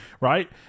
right